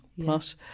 plus